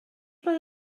mae